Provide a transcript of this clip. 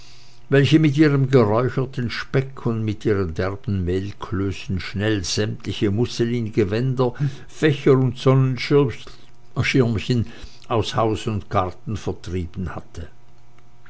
welche mit ihrem geräucherten speck und mit ihren derben mehlklößen schnell sämtliche musselingewänder fächer und sonnenschirmchen aus haus und garten vertrieben hatte